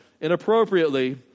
inappropriately